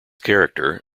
character